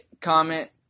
comment